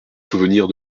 souvenirs